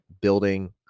building